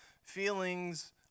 Feelings